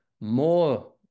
more